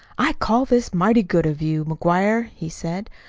i call this mighty good of you, mcguire, he said.